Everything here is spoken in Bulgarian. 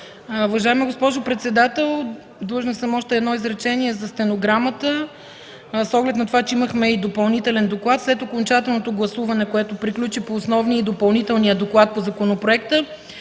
Уважаема госпожо председател, длъжна съм още да кажа едно изречение за стенограмата: с оглед на това, че имахме допълнителен доклад, след окончателното гласуване, което приключи по основния и допълнителния доклад по законопроекта,